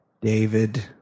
David